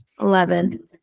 eleven